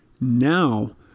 Now